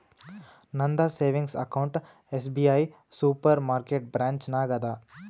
ನಂದ savings account SBI super market branch ನಾಗ್ ಅದಾ